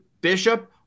Bishop